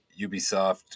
Ubisoft